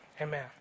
Amen